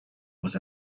was